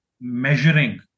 measuring